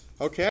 Okay